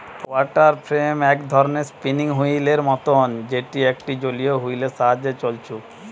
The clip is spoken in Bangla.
ওয়াটার ফ্রেম এক ধরণের স্পিনিং ওহীল এর মতন যেটি একটা জলীয় ওহীল এর সাহায্যে ছলছু